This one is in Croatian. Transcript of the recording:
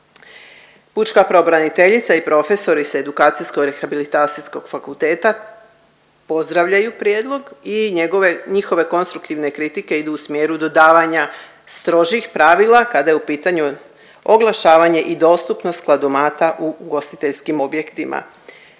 Pučka pravobraniteljica i profesori s Edukacijsko-rehabilitacijskog fakulteta pozdravljaju prijedlog i njegove, njihove konstruktivne kritike idu u smjeru dodavanja strožih pravila kada je u pitanju oglašavanje i dostupnost kladomata u ugostiteljskim objektima.